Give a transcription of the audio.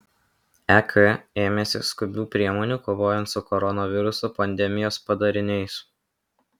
ek ėmėsi skubių priemonių kovojant su koronaviruso pandemijos padariniais